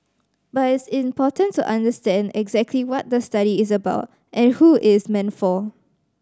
but it is important to understand exactly what the study is about and who it is meant for